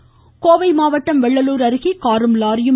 விபத்து கோவை மாவட்டம் வெள்ளலூர் அருகே காரும் லாரியும்